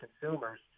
consumers